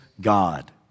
God